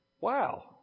Wow